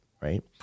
right